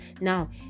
Now